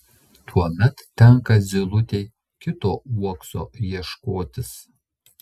tuomet tenka zylutei kito uokso ieškotis